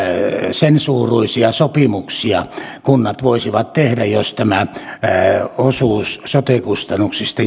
sen suuruisia sopimuksia kunnat voisivat tehdä jos tämä osuus sote kustannuksista